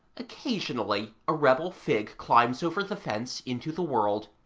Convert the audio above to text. occasionally a rebel fig climbs over the fence into the world,